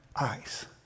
eyes